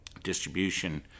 distribution